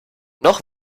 noch